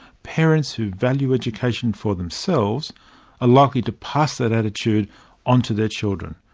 parents who value education for themselves are likely to pass that attitude on to their children.